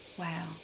Wow